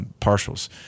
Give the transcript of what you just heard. partials